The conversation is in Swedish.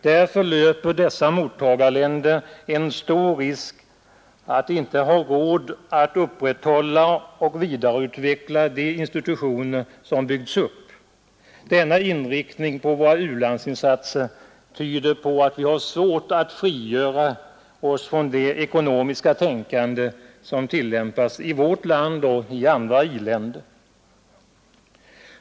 Därför löper dessa mottagarländer en stor risk att inte ha råd att upprätthålla och vidareutveckla de institutioner som byggts upp. Denna inriktning av våra u-landsinsatser tyder på att vi har svårt att frigöra oss från det ekonomiska tänkande som tillämpas i vårt land och i andra i-länder.